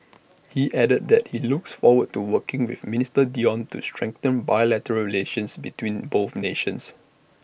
he added that he looks forward to working with minister Dion to strengthen bilateral relations between both nations